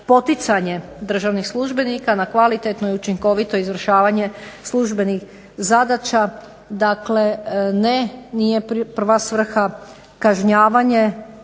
poticanje državnih službenika na kvalitetno i učinkovito izvršavanje službenih zadaća. Dakle ne, nije prva svrha kažnjavanje